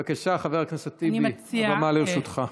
בבקשה, חבר הכנסת טיבי, הבמה לרשותך.